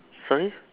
sorry